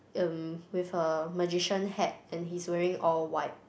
um with a magician hat and he's wearing all white